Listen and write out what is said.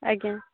ଆଜ୍ଞା